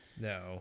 No